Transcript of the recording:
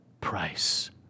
price